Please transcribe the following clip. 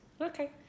okay